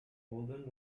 holden